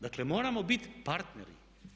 Dakle, moramo bit partneri.